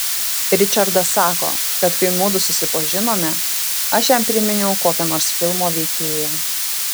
ričardas sako kad kai mudu susipažinome aš jam priminiau kokią nors filmo veikėją